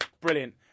Brilliant